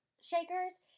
shakers